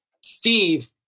Steve